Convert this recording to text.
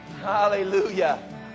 hallelujah